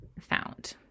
found